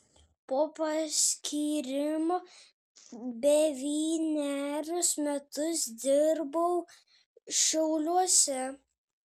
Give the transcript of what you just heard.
po paskyrimo devynerius metus dirbau šiauliuose